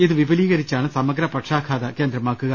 ഇത് വിപുലീകരിച്ചാണ് സമഗ്ര പക്ഷാ ഘാത കേന്ദ്രമാക്കുക